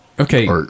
Okay